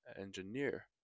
engineer